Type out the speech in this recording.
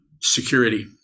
security